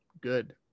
good